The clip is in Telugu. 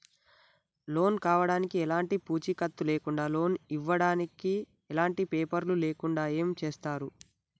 లోన్ కావడానికి ఎలాంటి పూచీకత్తు లేకుండా లోన్ ఇవ్వడానికి ఎలాంటి పేపర్లు లేకుండా ఏం చేస్తారు?